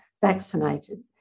vaccinated